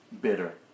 bitter